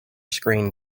screen